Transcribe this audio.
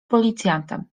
policjantem